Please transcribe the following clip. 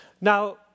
Now